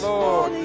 Lord